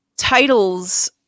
Titles